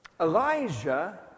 Elijah